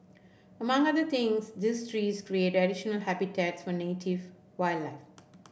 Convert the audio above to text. among other things these trees create additional habitats for native wildlife